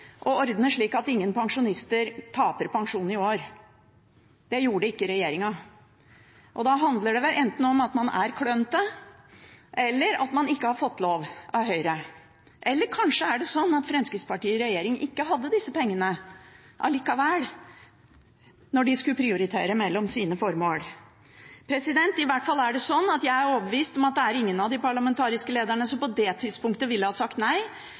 ordne det slik at ingen pensjonister taper pensjon i år? Det gjorde ikke regjeringen. Da handler det vel enten om at man er klønete, eller om at man ikke har fått lov av Høyre. Eller kanskje er det sånn at Fremskrittspartiet i regjering ikke hadde disse pengene allikevel når de skulle prioritere mellom sine formål? I hvert fall er jeg overbevist om at det er ingen av de parlamentariske lederne som på det tidspunktet ville ha sagt nei,